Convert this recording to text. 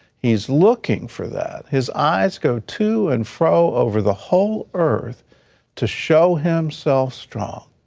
he is looking for that. his eyes go to and fro over the whole earth to show himself strong.